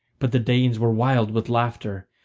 but the danes were wild with laughter,